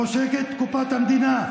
עושקת קופת המדינה.